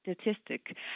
statistic